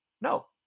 No